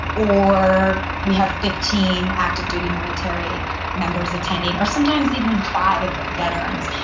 or we have fifteen active-duty military members attending, or sometimes even five veterans.